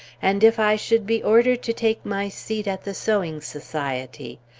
and if i should be ordered to take my seat at the sewing society!